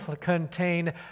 contain